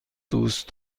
دوست